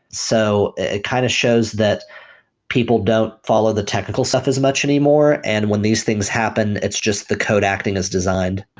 so it kind of shows that people don't follow the technical stuff as much anymore, and when these things happen, it's just the code acting as designed.